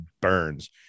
burns